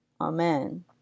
Amen